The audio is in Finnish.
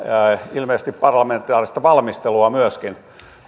ilmeisesti parlamentaarista valmistelua myöskin